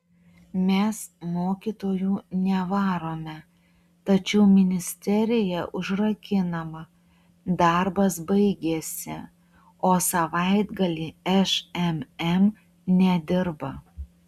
mes mokytojų nevarome tačiau ministerija užrakinama darbas baigėsi o savaitgalį šmm nedirba